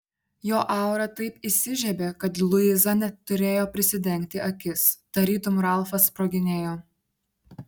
jo aura taip įsižiebė kad luiza net turėjo prisidengti akis tarytum ralfas sproginėjo